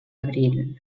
abril